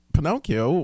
Pinocchio